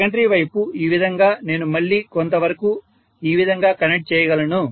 secondary వైపు ఈ విధంగా నేను మళ్లీ కొంత వరకు ఈ విధంగా కనెక్ట్ చేయగలను